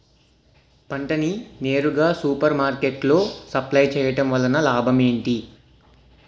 పంట ని నేరుగా సూపర్ మార్కెట్ లో సప్లై చేయటం వలన లాభం ఏంటి?